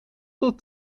tot